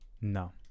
No